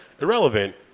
irrelevant